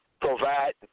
provide